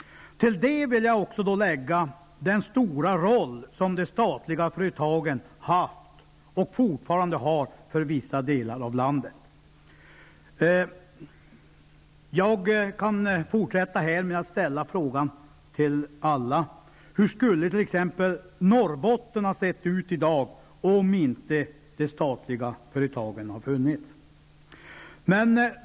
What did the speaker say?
Till det vill jag också lägga den stora roll som de statliga företagen haft och fortfarande har för vissa delar av landet. Jag kan fortsätta med att ställa frågan till alla: Hur skulle t.ex. Norrbotten ha sett ut i dag om inte de statliga företagen funnits?